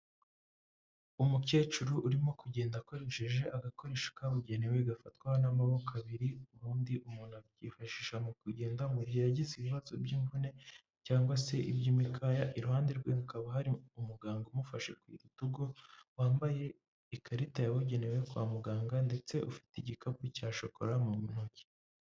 Umukecuru urimo kugenda akoresheje agakoresho kabugenewe gafatwa n'amaboko abiri, ubundi umuntu abyifashisha mu kugenda mu gihe yagize ibibazo by'imvune, yangwa se iby'imikaya, iruhande rwe hakaba hari umuganga umufashe ku rutugu wambaye ikarita yabugenewe yo kwa muganga ndetse ufite igikapu cya shokora mu ntoki.